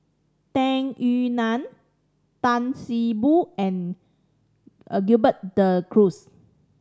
Tung Yue Nang Tan See Boo and a Gerald De Cruz